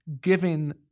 giving